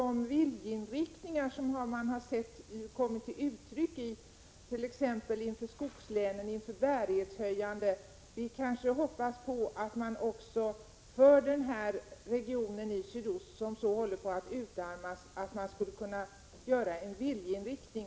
En viljeinriktning har kommit till uttryck när det gäller skogslänen om bärighetshöjande åtgärder, och vi hoppas på att man också för den här regionen i sydost, som håller på att utarmas, skall kunna uttala motsvarande viljeinriktning.